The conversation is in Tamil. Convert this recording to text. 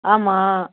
ஆமாம்